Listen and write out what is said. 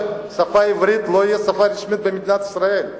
למה שהשפה העברית לא תהיה שפה רשמית במדינת ישראל?